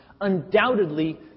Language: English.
undoubtedly